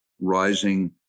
rising